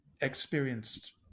experienced